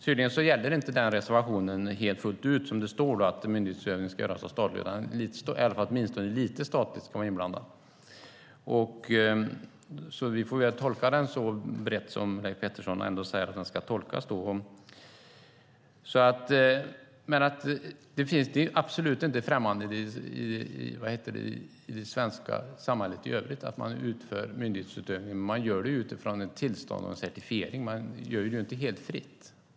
Tydligen gäller inte reservationen fullt ut där det står att myndighetsutövning ska göras i statlig verksamhet, utan det räcker med att lite statligt ska vara inblandat. Vi får väl tolka den så brett som Leif Pettersson säger att den ska tolkas. I det svenska samhället i övrigt är det absolut inte främmande att man bedriver myndighetsutövning med tillstånd och certifiering, men man gör det inte helt fritt.